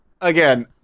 Again